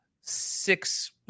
six